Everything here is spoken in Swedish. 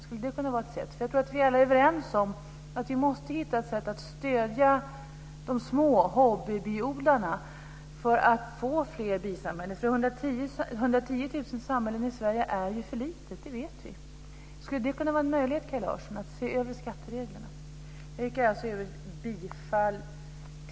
Skulle det kunna vara ett sätt? Jag tror nämligen att vi alla är överens om att vi måste hitta ett sätt att stödja de små hobbybiodlarna för att få fler bisamhällen. 110 000 samhällen i Sverige är för lite, det vet vi. Skulle det kunna vara en möjlighet, Kaj Larsson, att se över skattereglerna? Jag yrkar alltså bifall till hemställan i betänkandet.